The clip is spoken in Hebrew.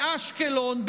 באשקלון,